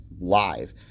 live